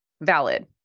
valid